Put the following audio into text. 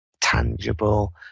tangible